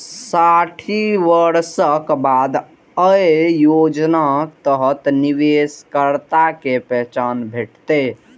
साठि वर्षक बाद अय योजनाक तहत निवेशकर्ता कें पेंशन भेटतै